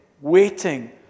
waiting